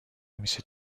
musée